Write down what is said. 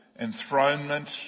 enthronement